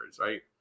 right